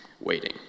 waiting